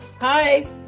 Hi